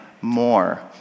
more